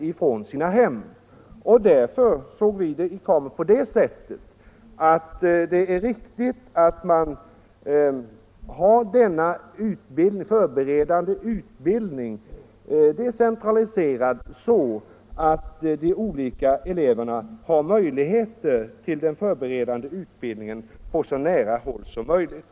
Därför såg vi i KAMU saken på 21 maj 1975 det sättet att det är riktigt att ha den förberedande utbildningen de Ser tonlsoorsirt centraliserad så att eleverna kan få den på så nära håll som möjligt.